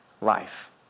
life